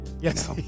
Yes